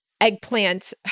eggplant